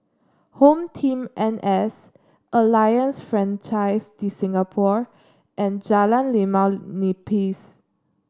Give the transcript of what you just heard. HomeTeam N S Alliance Francaise de Singapour and Jalan Limau Nipis